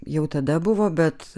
jau tada buvo bet